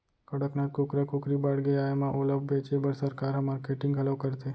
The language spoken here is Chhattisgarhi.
कड़कनाथ कुकरा कुकरी बाड़गे आए म ओला बेचे बर सरकार ह मारकेटिंग घलौ करथे